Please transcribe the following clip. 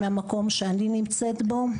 מהמקום שאני נמצאת בו,